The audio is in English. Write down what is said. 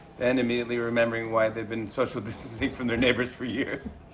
then immediately remembering why they've been social-distancing from their neighbors for years.